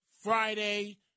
Friday